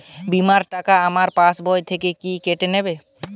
বিমার টাকা আমার পাশ বই থেকে কি কেটে নেবে?